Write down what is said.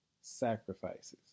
sacrifices